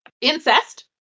Incest